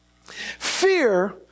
fear